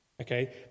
Okay